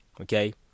okay